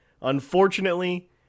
unfortunately